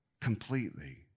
completely